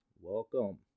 Welcome